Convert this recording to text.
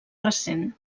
recent